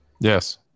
yes